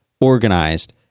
organized